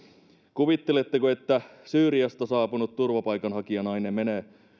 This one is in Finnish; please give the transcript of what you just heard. kuvitteletteko että syyriasta saapunut turvapaikanhakijanainen menee